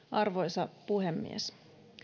arvoisa puhemies